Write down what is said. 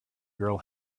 girl